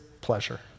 pleasure